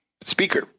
speaker